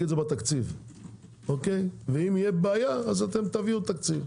את הזה בתקציב ואם תהיה בעיה תביאו תקציב.